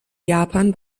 japan